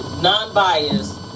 non-biased